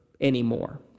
anymore